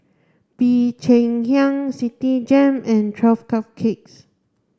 Bee Cheng Hiang Citigem and Twelve Cupcakes